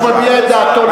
הוא מביע את דעתו,